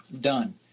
done